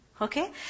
Okay